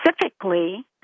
specifically